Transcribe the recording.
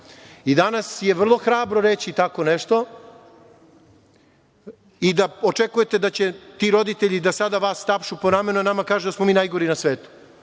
valja. Danas je vrlo hrabro reći tako nešto i da očekujete da će ti roditelji da sada vas tapšu po ramenu, a nama kažu da smo mi najgori na svetu. Mi